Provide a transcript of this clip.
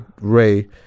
Ray